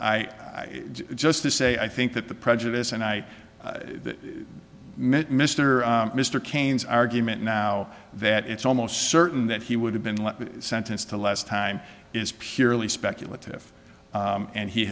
i just to say i think that the prejudice and i met mr mr cain's argument now that it's almost certain that he would have been sentenced to less time is purely speculative and he